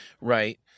Right